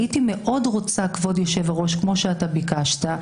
כמו שביקשת,